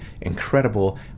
incredible